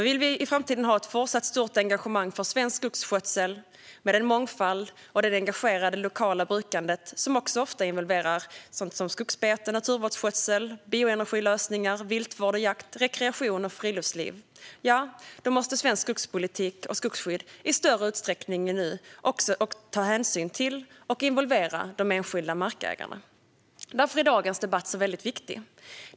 Vill vi även i fortsättningen ha ett stort engagemang för svensk skogsskötsel med dess mångfald och engagerade lokala brukande - som ofta involverar även skogsbete, naturvårdsskötsel, lokala bioenergilösningar, viltvård och jakt och rekreation och friluftsliv - måste svensk skogspolitik och skogsskydd i större utsträckning än nu ta hänsyn till och involvera de enskilda markägarna. Därför är dagens debatt så viktig.